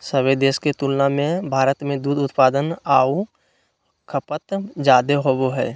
सभे देश के तुलना में भारत में दूध उत्पादन आऊ खपत जादे होबो हइ